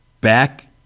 back